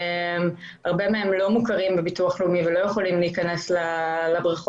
הרבה מהם לא מוכרים בביטוח הלאומי ולא יכולים להיכנס לבריכות.